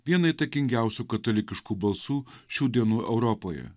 vieną įtakingiausių katalikiškų balsų šių dienų europoje